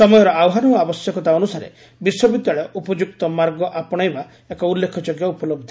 ସମୟର ଆହ୍ୱାନ ଓ ଆବଶ୍ୟକତା ଅନୁସାରେ ବିଶ୍ୱବିଦ୍ୟାଳୟ ଉପଯୁକ୍ତ ମାର୍ଗ ଆପଶେଇବା ଏକ ଉଲ୍ଲେଖଯୋଗ୍ୟ ଉପଲହି